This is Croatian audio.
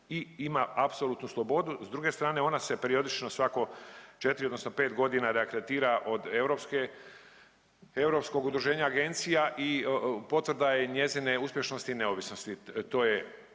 i ima apsolutnu slobodu. S druge strane ona se periodično svako 4 odnosno 5 godina reakreditira od Europskog udruženja agencija i potvrda je njezine uspješnosti i neovisnosti. To je